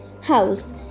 house